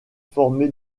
formé